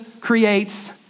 creates